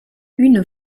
une